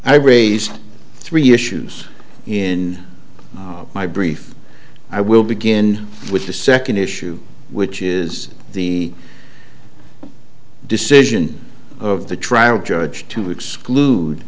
i raise three issues in my brief i will begin with the second issue which is the decision of the trial judge to exclude